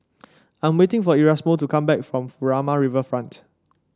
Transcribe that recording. I'm waiting for Erasmo to come back from Furama Riverfront